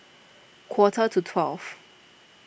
quarter to twelve